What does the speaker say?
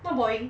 not boring